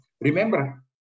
remember